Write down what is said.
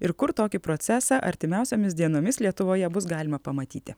ir kur tokį procesą artimiausiomis dienomis lietuvoje bus galima pamatyti